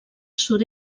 sud